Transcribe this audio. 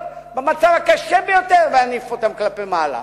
במצב הקשה ביותר ולהניף אותן כלפי מעלה.